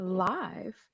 live